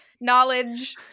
knowledge